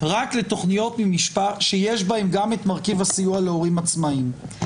רק לתוכניות שיש בהן גם את מרכיב הסיוע להורים עצמאיים?